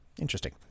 interesting